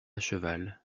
cheval